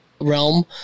realm